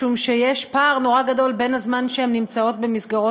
משום שיש פער נורא גדול בין הזמן שהן נמצאות במסגרות